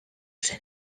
zen